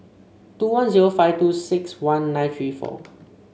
two one zero five two six one nine three four